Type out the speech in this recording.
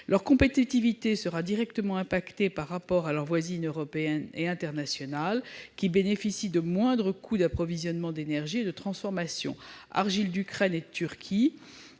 Leur compétitivité sera directement affectée par rapport à leurs voisines européennes et internationales qui bénéficient de moindres coûts d'approvisionnement, d'énergies et de transformation- argiles d'Ukraine et de Turquie,